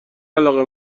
علاقه